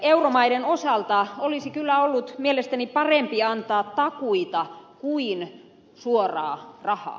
euromaiden osalta olisi kyllä ollut mielestäni parempi antaa takuita kuin suoraa rahaa